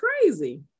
crazy